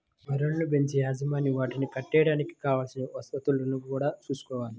గొర్రెలను బెంచే యజమాని వాటిని కట్టేయడానికి కావలసిన వసతులను గూడా చూసుకోవాలి